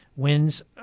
wins